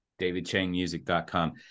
davidchangmusic.com